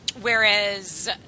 whereas